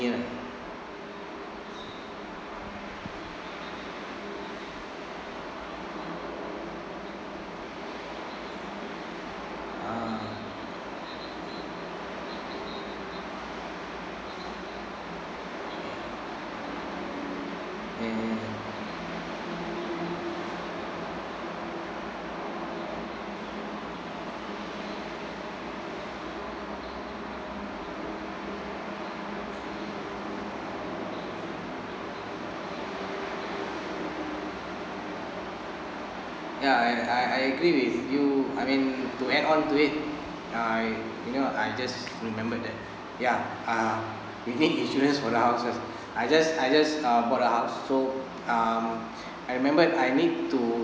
ya I I I agree with you I mean to add on to it I you know I just remember that ya um we need insurance for the houses I just I just uh bought a house so um I remember I need to